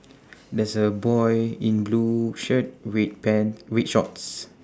there's a boy in blue shirt red pant red shorts